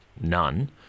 none